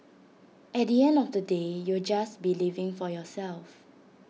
at the end of the day you'll just be living for yourself